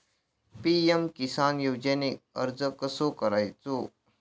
PM Kisan योजनेक अर्ज कसो करायचो?